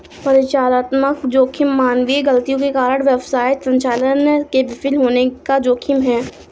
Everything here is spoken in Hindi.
परिचालनात्मक जोखिम मानवीय गलतियों के कारण व्यवसाय संचालन के विफल होने का जोखिम है